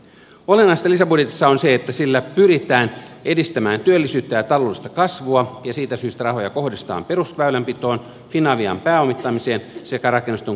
olennaista lisäbudjetissa on se että sillä pyritään edistämään työllisyyttä ja taloudellista kasvua ja siitä syystä rahoja kohdistetaan perusväylänpitoon finavian pääomittamiseen sekä rakennusten korjaushankkeisiin